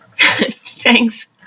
Thanks